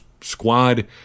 squad